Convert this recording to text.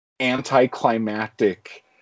anticlimactic